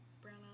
brown